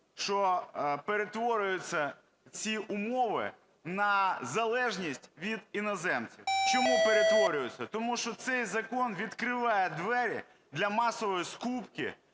що перетворюються ці умови на залежність від іноземців. Чому перетворюються? Тому що цей закон відкриває двері для масової скупки